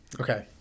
Okay